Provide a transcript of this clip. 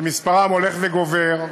שמספרם הולך ועולה,